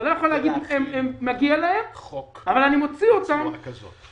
אתה לא יכול להגיד שמגיע להם אבל אני מוציא אותם -- בצורה כזאת.